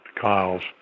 Kyle's